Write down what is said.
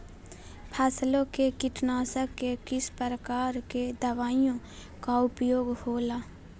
फसलों के कीटनाशक के किस प्रकार के दवाइयों का उपयोग हो ला?